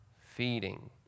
feeding